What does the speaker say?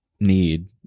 need